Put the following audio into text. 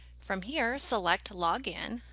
from here, select login,